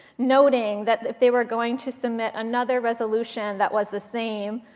noting that if they were going to submit another resolution that was the same,